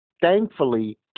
thankfully